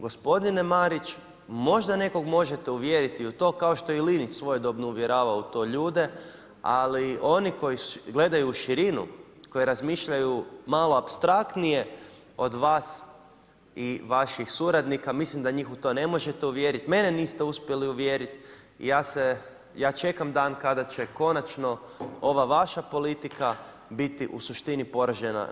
Gospodine Marić, možda nekog možete uvjeriti u to, kao što je i Linić svojedobno uvjeravao u to ljude, ali oni koji gledaju u širinu, koji razmišljaju malo apstraktnije od vas i vaših suradnika, mislim da njih u to ne možete uvjeriti, mene niste uspjeli uvjeriti i ja čekam dan, kada će konačno ova vaša politika biti u suštini poražena na izborima.